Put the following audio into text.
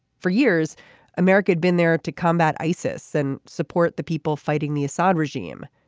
for years america had been there to combat isis and support the people fighting the assad regime.